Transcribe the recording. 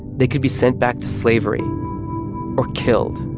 they could be sent back to slavery or killed